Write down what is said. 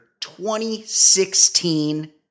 2016